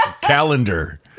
calendar